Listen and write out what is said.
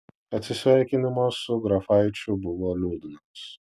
atsisveikinimas su grafaičiu buvo liūdnas